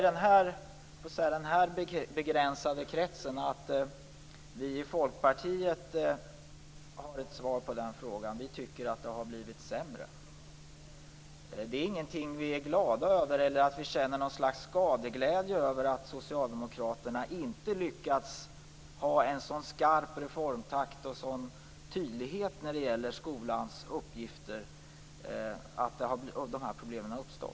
Jag kan i den här kretsen avslöja att vi i Folkpartiet har ett svar på den frågan. Vi tycker att det har blivit sämre. Det är inget som vi är glada över. Vi känner inte något slags skadeglädje över att socialdemokraterna inte har lyckats ha en så stark reformtakt och visa en sådan tydlighet när det gäller skolans uppgifter att problemen har kunnat undvikas.